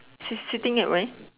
she's sitting at where